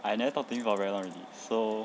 I never talk to him for very long already so